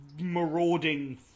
marauding